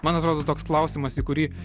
man atrodo toks klausimas į kurį